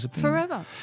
Forever